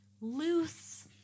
loose